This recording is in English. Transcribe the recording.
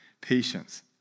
patience